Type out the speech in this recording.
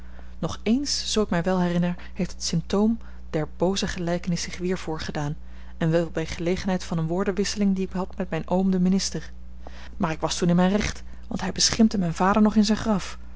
nog ééns zoo ik mij wel herinner heeft het symptoom der booze gelijkenis zich weer voorgedaan en wel bij gelegenheid van eene woordenwisseling die ik had met mijn oom den minister maar ik was toen in mijn recht want hij beschimpte mijn vader nog in zijn graf